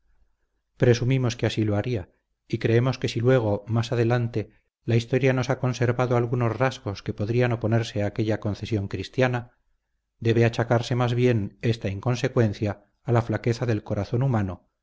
presumimos que así lo haría y creemos que si luego más adelante la historia nos ha conservado algunos rasgos que podrían oponerse a aquella concesión cristiana debe achacarse más bien esta inconsecuencia a la flaqueza del corazón humano